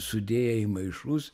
sudėję į maišus